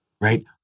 right